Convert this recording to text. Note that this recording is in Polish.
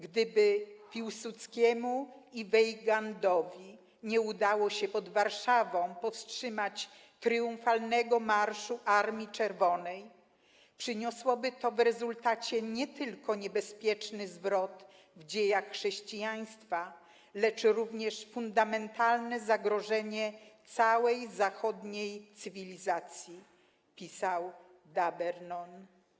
Gdyby Piłsudskiemu i Weygandowi nie udało się pod Warszawą powstrzymać triumfalnego marszu Armii Czerwonej, przyniosłoby to w rezultacie nie tylko niebezpieczny zwrot w dziejach chrześcijaństwa, lecz również fundamentalne zagrożenie całej zachodniej cywilizacji' - pisał D’Abernon.